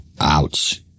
Ouch